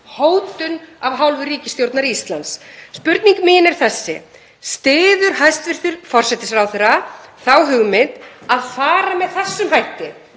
hótun af hálfu ríkisstjórnar Íslands? Spurning mín er þessi: Styður hæstv. forsætisráðherra þá hugmynd að fara með þessum hætti